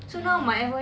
mm